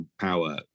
power